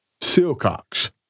Silcox